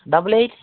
double eight